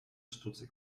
sztuce